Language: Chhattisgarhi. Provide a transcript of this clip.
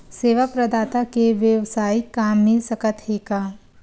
सेवा प्रदाता के वेवसायिक काम मिल सकत हे का?